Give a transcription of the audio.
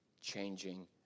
changing